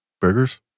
Burgers